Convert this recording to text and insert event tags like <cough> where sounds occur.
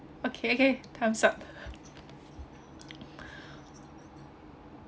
okay okay time's up <breath>